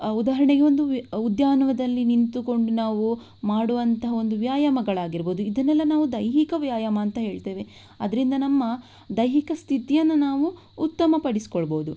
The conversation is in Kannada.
ಉದಾಹರಣೆಗೆ ಒಂದು ಉದ್ಯಾನವನದಲ್ಲಿ ನಿಂತುಕೊಂಡು ನಾವು ಮಾಡುವಂತಹ ಒಂದು ವ್ಯಾಯಾಮಗಳಾಗಿರಬಹುದು ಇದನ್ನೆಲ್ಲ ನಾವು ದೈಹಿಕ ವ್ಯಾಯಾಮ ಅಂತ ಹೇಳ್ತೇವೆ ಅದರಿಂದ ನಮ್ಮ ದೈಹಿಕ ಸ್ಥಿತಿಯನ್ನು ನಾವು ಉತ್ತಮಪಡಿಸಿಕೊಳ್ಬಹುದು